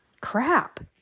crap